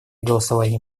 голосовании